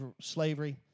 slavery